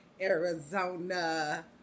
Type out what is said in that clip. Arizona